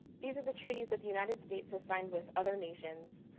these are the treaties that the united states assigned with other nations.